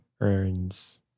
earns